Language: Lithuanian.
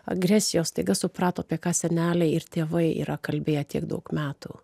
agresijos staiga suprato apie ką seneliai ir tėvai yra kalbėję tiek daug metų